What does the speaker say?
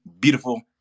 beautiful